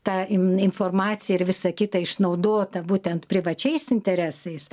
ta im informacija ir visa kita išnaudota būtent privačiais interesais